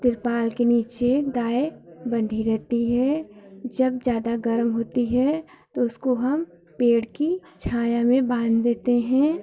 त्रिपाल के नीचे गाय बँधी रहती है जब ज़्यादा गरम होती है तो उसको हम पेड़ की छाया में बाँध देते हैं